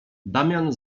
damian